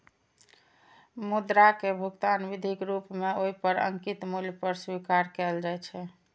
मुद्रा कें भुगतान विधिक रूप मे ओइ पर अंकित मूल्य पर स्वीकार कैल जाइ छै